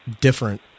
different